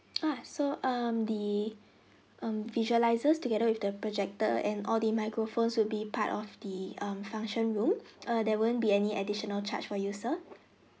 uh so um the um visualizers together with the projector and all the microphones will be part of the um function room err there won't be any additional charge for you sir